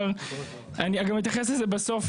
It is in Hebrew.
אני גם אתייחס לזה בסוף,